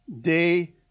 day